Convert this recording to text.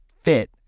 fit